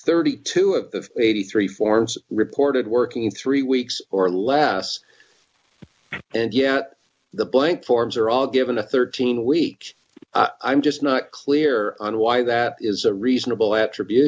thirty two of the eighty three forms reported working three weeks or less and yet the blank forms are all given a thirteen week i'm just not clear on why that is a reasonable attribut